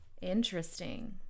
interesting